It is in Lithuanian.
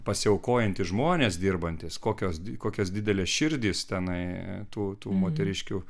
pasiaukojantys žmonės dirbantys kokios dvi kokios didelės širdys tenai tų tų moteriškių